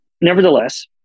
Nevertheless